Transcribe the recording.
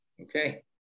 Okay